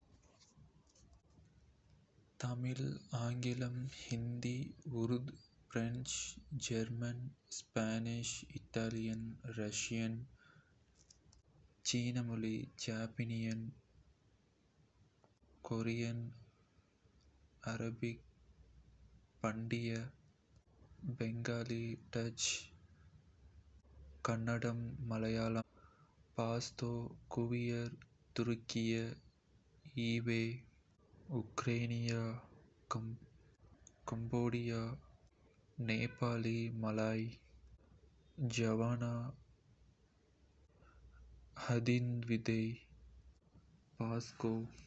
தமிழ் ஆங்கிலம் Hindi Urdu French German Spanish Italian Russian சீன மொழி ஜப்பானியன் கெமரூன் ஆரபிக் பண்டயா பெங்காலி டச்சு போர்ச்சுகீசு கன்னடம் மலையாளம் தெலுங்கு பாஸ்தோ குவியர் துருக்கிய சுவெடிஷ் உக்ரைனிய கம்போடியா வியட்நாமி Nepali Tamil Malay German Somali எஸ் கேலிக் ஜவானா ஹிந்துவித்தை திபெத்திய ஆபிரிகான்ஸ் ஸ்வாக் புல்காரியன் ரேஸ்தோனியன் ஹவாய் பாஸ்க் அரபிக்காரர் செசுவானி இலத்திரனியல்